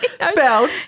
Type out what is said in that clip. Spelled